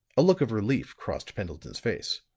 a look of relief crossed pendleton's face.